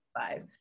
five